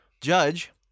Judge